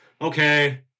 Okay